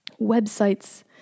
websites